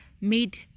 made